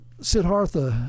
Siddhartha